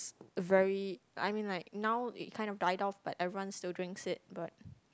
~s very I mean like now it kind of died off but everyone still drinks it but